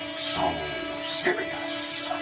so serious.